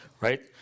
right